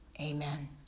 Amen